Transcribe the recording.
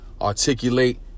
articulate